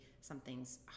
something's